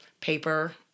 paper